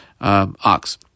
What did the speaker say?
ox